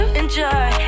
enjoy